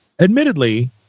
admittedly